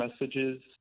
messages